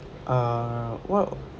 err what